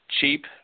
cheap